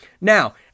Now